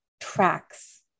tracks